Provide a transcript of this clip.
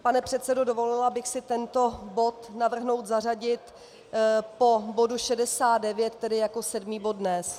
Pane předsedo, dovolila bych si tento bod navrhnout zařadit po bodu 69, tedy jako sedmý bod dnes.